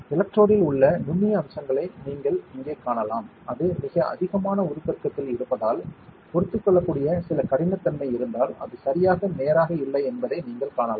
எலக்ட்ரோடில் உள்ள நுண்ணிய அம்சங்களை இங்கே நீங்கள் காணலாம் அது மிக அதிகமான உருப்பெருக்கத்தில் இருப்பதால் பொறுத்துக்கொள்ளக்கூடிய சில கடினத்தன்மை இருந்தால் அது சரியாக நேராக இல்லை என்பதை நீங்கள் காணலாம்